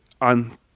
on